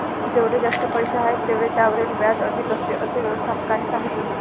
जेवढे जास्त पैसे आहेत, तेवढे त्यावरील व्याज अधिक असते, असे व्यवस्थापकाने सांगितले